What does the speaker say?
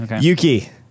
Yuki